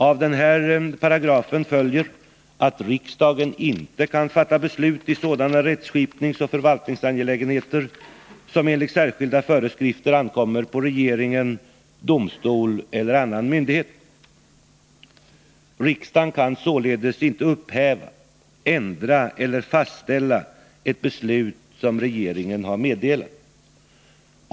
Av den paragrafen följer att riksdagen inte kan fatta beslut i sådana rättsskipningsoch förvaltningsangelägenheter som enligt särskilda föreskrifter ankommer på regeringen, domstol eller annan myndighet. Riksdagen kan således inte upphäva, ändra eller fastställa ett beslut som regeringen har meddelat.